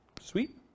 Sweet